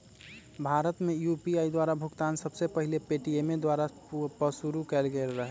भारत में यू.पी.आई द्वारा भुगतान सबसे पहिल पेटीएमें द्वारा पशुरु कएल गेल रहै